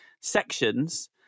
sections